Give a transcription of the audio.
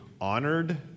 honored